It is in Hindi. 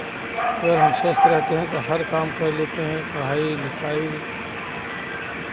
अगर हम स्वस्थ रहते हैं तो हर काम कर लेते हैं पढ़ाई लिखाई